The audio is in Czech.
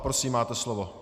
Prosím, máte slovo.